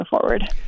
forward